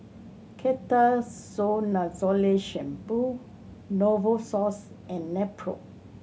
Ketoconazole Shampoo Novosource and Nepro